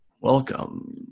welcome